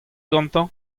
gantañ